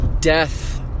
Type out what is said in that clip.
death